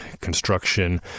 construction